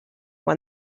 when